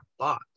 thought